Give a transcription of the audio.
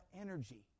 energy